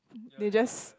they just